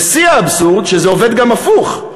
ושיא האבסורד, שזה עובד גם הפוך.